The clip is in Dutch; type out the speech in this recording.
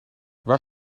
waar